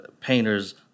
painters